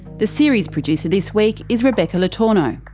the series producer this week is rebecca le tourneau,